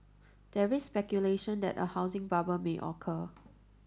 there is speculation that a housing bubble may occur